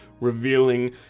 revealing